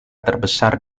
terbesar